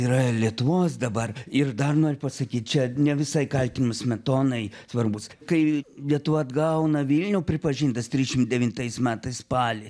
yra lietuvos dabar ir dar noriu pasakyt čia ne visai kaltinimas smetonai svarbus kai lietuva atgauna vilnių pripažintas trisdešim devintais metais spalį